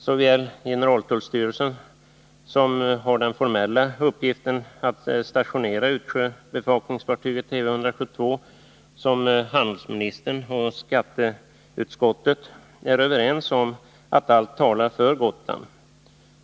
Såväl generaltullstyrelsen — som har den formella uppgiften att stationera utsjöbevakningsfartyget Tv 172 — som handelsministern och skatteutskottet är överens om att allt talar för Gotland.